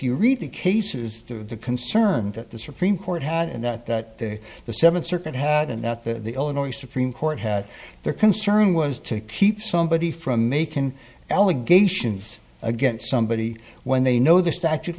you read the cases the concern that the supreme court had and that the seventh circuit had and that the illinois supreme court had their concern was to keep somebody from macon allegations against somebody when they know the statute of